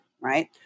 right